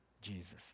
Jesus